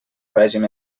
règim